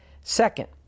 Second